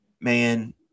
man